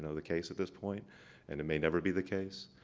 ah the case at this point and it may never be the case.